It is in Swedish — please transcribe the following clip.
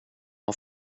har